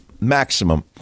maximum